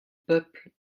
peuple